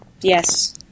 yes